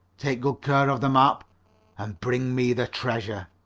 take good care of the map and bring me the treasure.